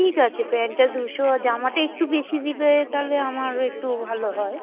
ঠিক আছে প্যান্টটা দুশো আর জামাটা একটু বেশি দেবে তাহলে আমারও একটু ভালো হয়